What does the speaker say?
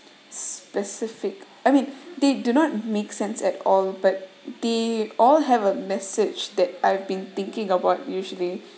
specific I mean they do not make sense at all but they all have a message that I've been thinking about usually